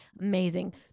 amazing